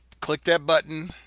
click that button,